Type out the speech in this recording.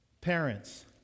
Parents